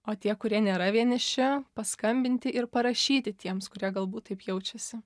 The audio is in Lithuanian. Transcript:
o tie kurie nėra vieniši paskambinti ir parašyti tiems kurie galbūt taip jaučiasi